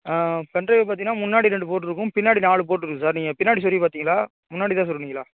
pen drive பார்த்திங்கன்னா முன்னாடி ரெண்டு போர்ட் இருக்கும் பின்னாடி நாலு போர்ட் இருக்கும் சார் நீங்கள் பின்னாடி சொருவி பார்த்திங்களா முன்னாடிதான் சொருவுனிங்களா